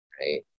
right